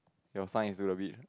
your sign is to the beach